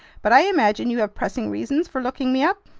but i imagine you have pressing reasons for looking me up?